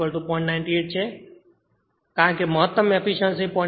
98 છે કારણ કે મહત્તમ એફીશ્યંસી 0